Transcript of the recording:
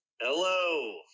Hello